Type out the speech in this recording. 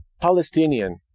Palestinian